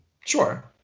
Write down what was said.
Sure